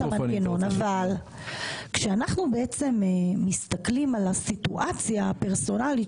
כשאנחנו מסתכלים על הסיטואציה הפרסונלית